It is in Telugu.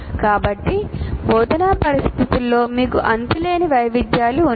కాబట్టి బోధనా పరిస్థితులలో మీకు అంతులేని వైవిధ్యాలు ఉన్నాయి